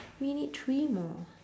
we need three more